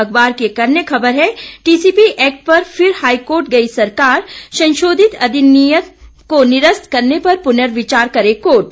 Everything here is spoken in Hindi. अखबार की एक अन्य खबर है टीसीपी एक्ट पर फिर हाईकोर्ट गई सरकार संशोधित अधिनियम को निरस्त करने पर पुनर्विचार करे कोर्ट